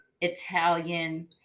Italian